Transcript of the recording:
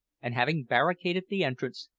and having barricaded the entrance,